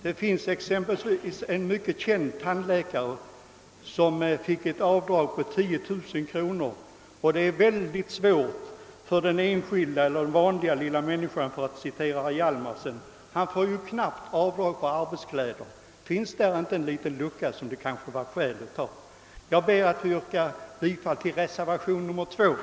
Vi har exempelvist läst om att en mycket känd tandläkare fick göra ett avdrag på 10 000 kronor för sina s.k. »arbetskläder», medan det är mycket svårt ibland för »den vanliga människan», för att tala i samma ordalag som herr Hjalmarson, att få göra avdrag för sina arbetskläder. Finns där inte en lucka som det kan vara skäl att täppa till? Jag ber att få yrka bifall till punkt 2 i reservationen.